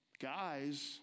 guys